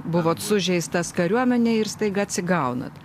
buvot sužeistas kariuomenėj ir staiga atsigaunat